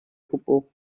gwbl